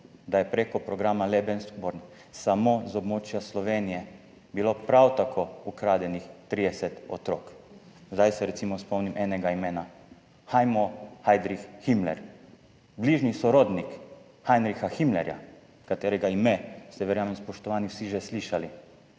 da je bilo prek programa Lebensborn samo z območja Slovenije prav tako ukradenih 30 otrok. Zdaj se recimo spomnim enega imena, Haimo Heidrich Himmler, bližnji sorodnik Heinricha Himmlerja, katerega ime ste, verjamem, spoštovani vsi že slišali,